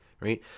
right